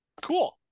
Cool